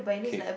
cake